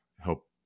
help